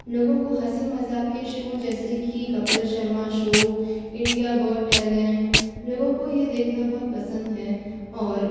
लोगो को हँसी मज़ाक के शो जैसे की Kapil Sharma show India got talent लोगों को यह देखना बहुत पसंद है और